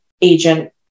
agent